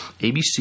ABC